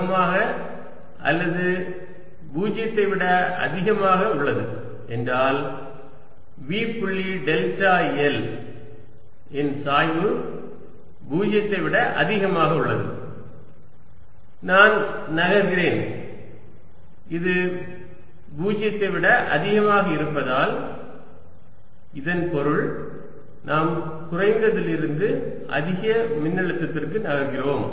cosθ0 or θ90o cosine theta 1 க்கு சமமாக அல்லது 0 விட அதிகமாக உள்ளது என்றால் V புள்ளி டெல்டா l இன் சாய்வு 0 ஐ விட அதிகமாக உள்ளது நான் நகர்கிறேன் இது 0 ஐ விட அதிகமாக இருப்பதால் இதன் பொருள் நாம் குறைந்ததிலிருந்து அதிக மின்னழுத்தத்திற்கு நகர்கிறோம்